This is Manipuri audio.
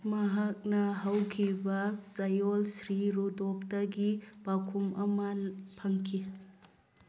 ꯃꯍꯥꯛꯅ ꯍꯧꯈꯤꯕ ꯆꯥꯌꯣꯜ ꯁ꯭ꯔꯤ ꯔꯨꯗꯣꯛꯇꯒꯤ ꯄꯥꯎꯈꯨꯝ ꯑꯃ ꯐꯪꯈꯤ